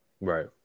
Right